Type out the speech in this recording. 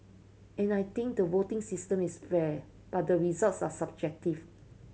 and I think the voting system is fair but the results are subjective